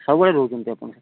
ସବୁବେଳେ ରହୁଛନ୍ତି ଆପଣ ସେଠେ